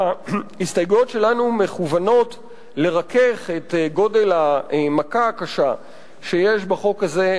ההסתייגויות שלנו מכוונות לרכך את גודל המכה הקשה שיש בחוק הזה,